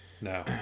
No